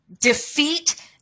defeat